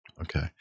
Okay